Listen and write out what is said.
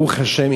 ברוך השם,